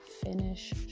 finish